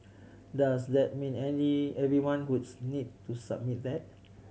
does that mean any everyone whose need to submit that